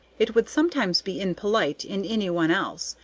it would sometimes be impolite in any one else,